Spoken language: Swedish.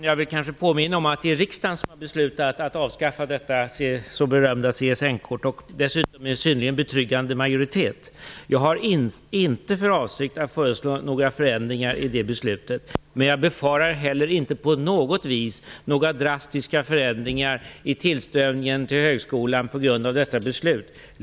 Fru talman! Jag vill påminna om att det är riksdagen som har beslutat att avskaffa detta så berömda CSN-kort, dessutom med en synnerligen betryggande majoritet. Jag har inte för avsikt att föreslå några förändringar i det beslutet, men jag befarar inte heller på något vis några drastiska förändringar i tillströmningen till högskolan på grund av detta beslut.